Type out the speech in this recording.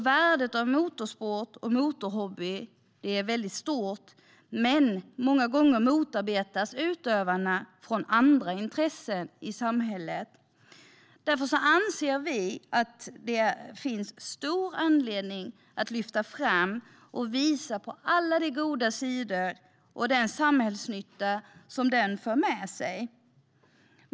Värdet av motorsport och motorhobby är stort, men många gånger motarbetas utövarna från andra intressen i samhället. Därför anser vi att det finns stor anledning att lyfta fram och visa på alla de goda sidor och den samhällsnytta som motorhobbyn för med sig.